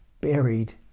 buried